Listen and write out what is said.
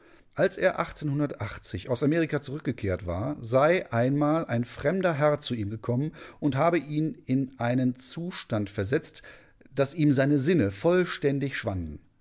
als er aus amerika zurückgekehrt war sei einmal ein fremder herr zu ihm gekommen und habe ihn in einen zustand versetzt daß ihm seine sinne vollständig schwanden